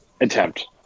attempt